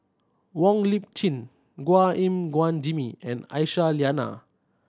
Wong Lip Chin Chua Gim Guan Jimmy and Aisyah Lyana